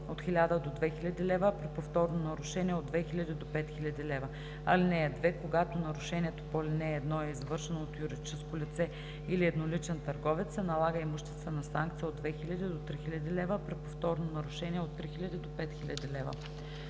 от 1000 до 2000 лв., а при повторно нарушение – от 2000 до 5000 лв. (2) Когато нарушението по ал. 1 е извършено от юридическо лице или едноличен търговец, се налага имуществена санкция от 2000 до 3000 лв., а при повторно нарушение – от 3000 до 5000 лв.“